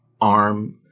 arm